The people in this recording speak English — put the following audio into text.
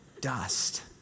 dust